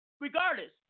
regardless